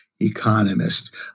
Economist